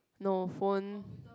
no phone